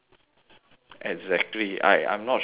exactly I I'm not sure